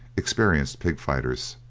experienced pig fighters,